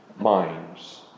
minds